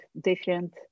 different